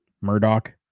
Murdoch